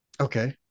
Okay